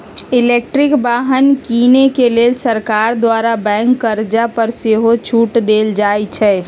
electric वाहन किने के लेल सरकार द्वारा बैंक कर्जा पर सेहो छूट देल जाइ छइ